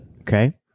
Okay